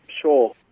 Sure